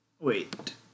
Wait